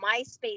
MySpace